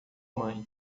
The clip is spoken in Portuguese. mãe